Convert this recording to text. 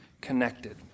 connected